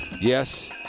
Yes